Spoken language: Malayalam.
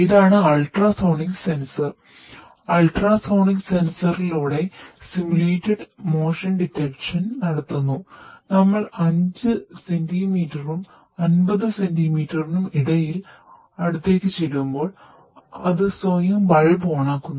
ഇതാണ് അൾട്രാസോണിക് സെൻസർ ആകും